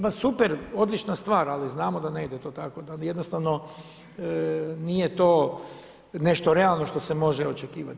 Ma super, odlična stvar, ali znamo da ne ide to tako, da jednostavno nije to nešto realno što se može očekivati.